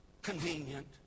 Convenient